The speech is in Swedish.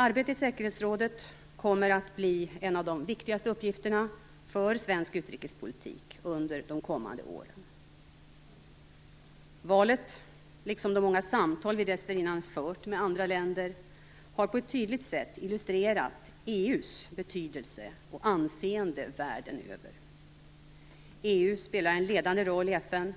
Arbetet i säkerhetsrådet kommer att bli en av de viktigaste uppgifterna för svensk utrikespolitik under de kommande åren. Valet, liksom de många samtal som vi dessförinnan har fört med andra länder, har på ett tydligt sätt illustrerat EU:s betydelse och anseende världen över. EU spelar en ledande roll i FN